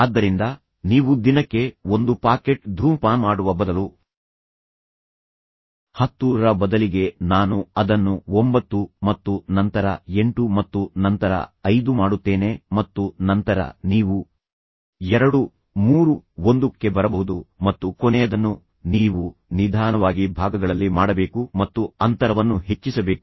ಆದ್ದರಿಂದ ನೀವು ದಿನಕ್ಕೆ ಒಂದು ಪಾಕೆಟ್ ಧೂಮಪಾನ ಮಾಡುವ ಬದಲು 10ರ ಬದಲಿಗೆ ನಾನು ಅದನ್ನು 9 ಮತ್ತು ನಂತರ 8 ಮತ್ತು ನಂತರ 5 ಮಾಡುತ್ತೇನೆ ಮತ್ತು ನಂತರ ನೀವು 2 3 1 ಕ್ಕೆ ಬರಬಹುದು ಮತ್ತು ಕೊನೆಯದನ್ನು ನೀವು ನಿಧಾನವಾಗಿ ಭಾಗಗಳಲ್ಲಿ ಮಾಡಬೇಕು ಮತ್ತು ಅಂತರವನ್ನು ಹೆಚ್ಚಿಸಬೇಕು